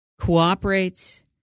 cooperates